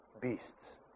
beasts